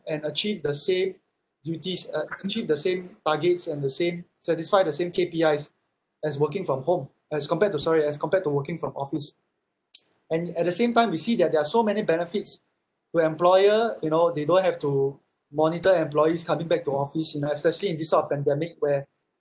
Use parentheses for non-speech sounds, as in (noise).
and achieve the same duties uh achieve the same targets and the same satisfy the same K_P_Is as working from home as compared to sorry as compared to working from office (noise) and at the same time we see that there are so many benefits the employer you know they don't have to monitor employees coming back to office you know especially in this sort of pandemic where